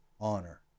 honor